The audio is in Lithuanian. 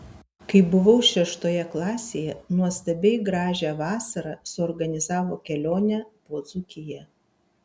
kai buvau šeštoje klasėje nuostabiai gražią vasarą suorganizavo kelionę po dzūkiją